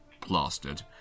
plastered